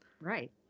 Right